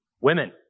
Women